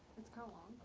it's kinda long,